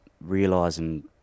realizing